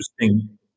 interesting